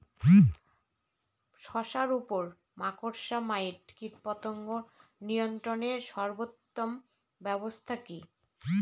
শশার উপর মাকড়সা মাইট কীটপতঙ্গ নিয়ন্ত্রণের সর্বোত্তম ব্যবস্থা কি?